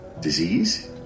disease